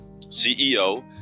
CEO